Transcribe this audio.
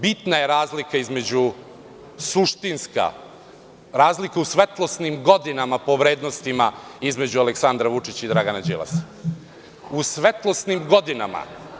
Bitna je razlika, suštinska je razlika, razlika je u svetlosnim godinama po vrednostima između Aleksandra Vučića i Dragana Đilasa, u svetlosnim godinama.